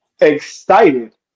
excited